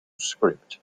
script